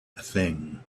thing